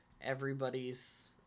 everybody's